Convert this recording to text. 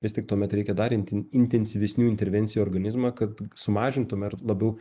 vis tik tuomet reikia dar int intensyvesnių intervencijų į organizmą kad sumažintume ir labiau